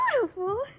beautiful